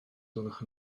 gwelwch